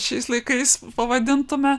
šiais laikais pavadintume